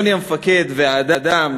יוני המפקד והאדם